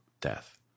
death